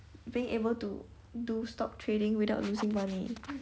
being able to do stock trading without losing money